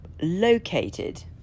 located